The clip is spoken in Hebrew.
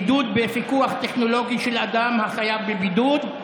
9) (בידוד בפיקוח טכנולוגי של אדם החייב בבידוד).